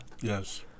yes